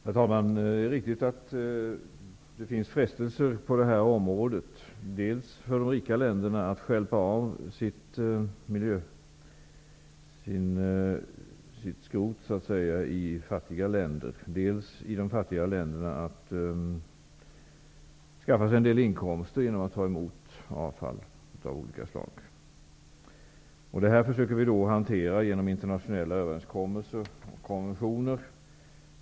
Herr talman! Det är riktigt att det finns frestelser på det här området dels för de rika länderna att stjälpa av sitt skrot i fattiga länder, dels för de fattiga länderna att skaffa sig inkomster genom att ta emot avfall av olika slag. Vi försöker att hantera detta genom internationella överenskommelser och konventioner.